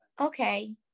okay